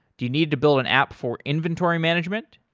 do you need to build an app for inventory management?